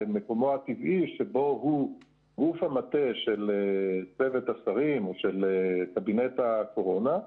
למקומו הטבעי שבו הוא גוף המטה של צוות השרים או של קבינט הקורונה.